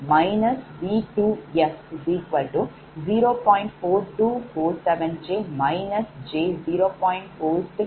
1125 pu